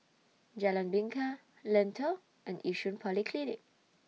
Jalan Bingka Lentor and Yishun Polyclinic